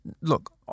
Look